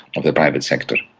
of the private sector.